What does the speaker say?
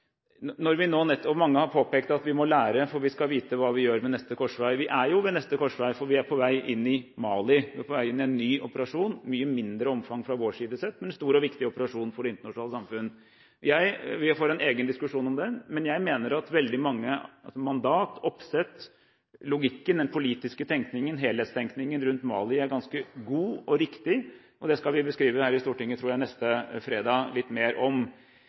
når nettopp mange har påpekt at vi må lære, for vi skal vite hva vi gjør ved neste korsvei. Vi er jo ved neste korsvei, for vi er på vei inn i Mali, vi er på vei inn i en ny operasjon, i et mye mindre omfang sett fra vår side, men en stor og viktig operasjon for det internasjonale samfunn. Vi får en egen diskusjon om det, men jeg mener at mandat, oppsett, logikken, den politiske tenkningen – helhetstenkningen – rundt Mali er ganske god og riktig. Det skal vi beskrive her i Stortinget litt mer neste fredag, tror jeg. Det er